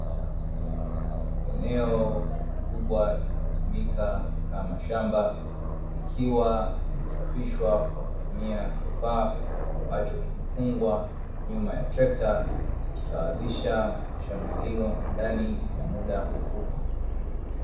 Eneo kubwa linalotumika kama shamba likiwa linasafishwa kwa kutumia kifaa ambacho kimefungwa nyuma ya trekta, kikisawazisha shamba hilo ndani ya muda mfupi.